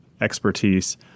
expertise